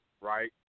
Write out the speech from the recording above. right